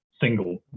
single